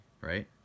right